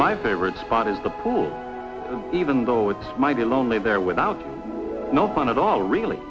my favorite spot is the pool even though it's mighty lonely there without no fun at all really